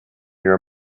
your